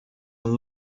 and